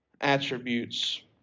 attributes